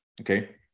Okay